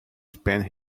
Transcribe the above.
spend